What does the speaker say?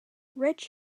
rich